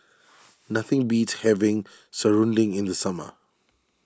nothing beats having Serunding in the summer